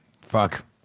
fuck